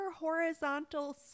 horizontal